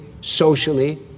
socially